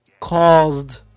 caused